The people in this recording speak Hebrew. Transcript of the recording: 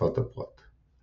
וצפצפת הפרת.